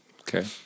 Okay